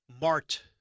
mart